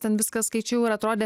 ten viską skaičiau ir atrodė